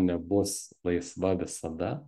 nebus laisva visada